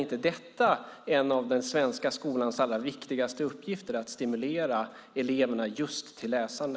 Det är en av den svenska skolans allra viktigaste uppgifter att stimulera elever till just läsande?